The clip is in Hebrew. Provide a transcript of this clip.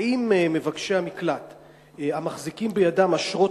האם מבקשי המקלט המחזיקים בידם אשרות